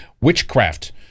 witchcraft